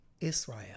Israel